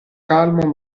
calmo